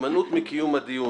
הימנעות מקיום הדיון,